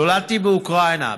נולדתי באוקראינה.